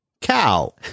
cow